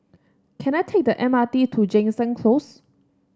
can I take the M R T to Jansen Close